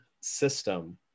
system